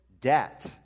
debt